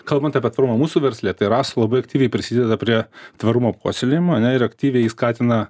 kalbant apie tvarumą mūsų versle tai raso labai aktyviai prisideda prie tvarumo puoselėjimo ane ir aktyviai skatina